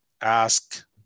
ask